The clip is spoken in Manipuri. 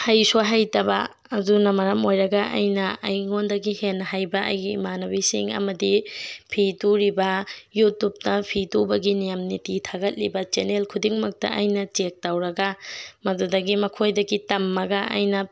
ꯍꯩꯁꯨ ꯍꯩꯇꯕ ꯑꯗꯨꯅ ꯃꯔꯝ ꯑꯣꯏꯔꯒ ꯑꯩꯅ ꯑꯩꯉꯣꯟꯗꯒꯤ ꯍꯦꯟꯅ ꯍꯩꯕ ꯑꯩꯒꯤ ꯏꯃꯥꯟꯅꯕꯤꯁꯤꯡ ꯑꯃꯗꯤ ꯐꯤ ꯇꯨꯔꯤꯕ ꯌꯨꯇꯨꯞꯇ ꯐꯤ ꯇꯨꯕꯒꯤ ꯅꯤꯌꯝ ꯅꯤꯇꯤ ꯊꯥꯒꯠꯂꯤꯕ ꯆꯦꯟꯅꯦꯜ ꯈꯨꯗꯤꯡꯃꯛꯇ ꯑꯩꯅ ꯆꯦꯛ ꯇꯧꯔꯒ ꯃꯗꯨꯗꯒꯤ ꯃꯈꯣꯏꯗꯒꯤ ꯇꯝꯃꯒ ꯑꯩꯅ